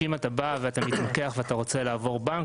שאם אתה בא ואתה מתווכח ואתה רוצה לעבור בנק,